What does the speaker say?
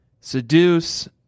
seduce